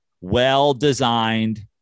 well-designed